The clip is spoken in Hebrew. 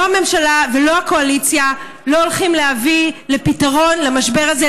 לא הממשלה ולא הקואליציה לא הולכות להביא לפתרון למשבר הזה.